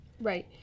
Right